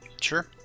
Sure